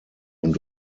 und